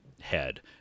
head